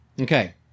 Okay